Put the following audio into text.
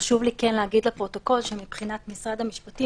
חשוב לי להגיד לפרוטוקול שמבחינת משרד המשפטים,